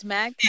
Mag